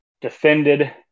defended